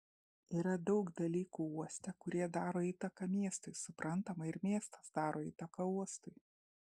yra daug dalykų uoste kurie daro įtaką miestui suprantama ir miestas daro įtaką uostui